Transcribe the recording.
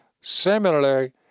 similarly